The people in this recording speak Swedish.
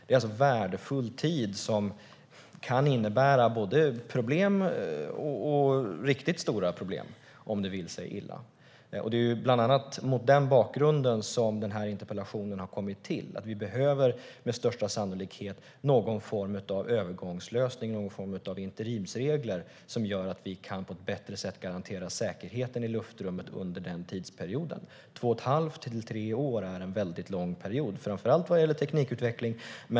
Det är värdefull tid som kan innebära både problem och riktigt stora problem om det vill sig illa. Det är bland annat mot den bakgrunden som interpellationen har kommit till. Vi behöver med största sannolikhet någon form av övergångslösning, någon form av interimsregler, som gör att vi på ett bättre sätt kan garantera säkerheten i luftrummet under den tidsperioden. Två och ett halvt till tre år är en väldigt lång period, framför allt vad det gäller teknikutveckling.